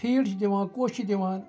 feed چھِ دِوان کوٚش چھِ دِوان